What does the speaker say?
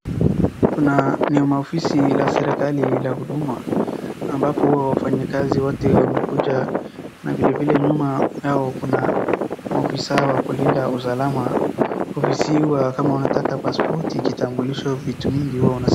Kuna maofisi la serikali la huduma ambapo wafanyakazi wote wamekuja na vile vile nyuma yao kuna maofisaa wa kulinda usalama, ofisi wa kama wanataka pasipoti, kitambulisho vitu mingi huwa una.